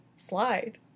slide